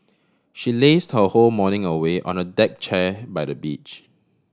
she lazed her whole morning away on the deck chair by the beach